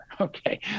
Okay